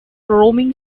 roaming